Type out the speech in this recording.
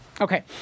Okay